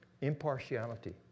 impartiality